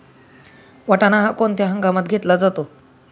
वाटाणा हा कोणत्या हंगामात घेतला जातो?